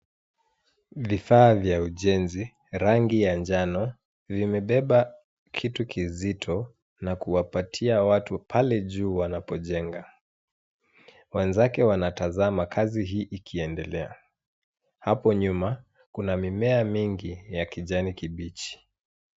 Vifaa vya ujenzi rangi ya njano limebeba kitu kizito na kuwapatia watu pale juu wanapojenga. Wenzake wanatazama kazi hii iki endelea hapo nyuma kuna mimea mingi ya kijani kibichi.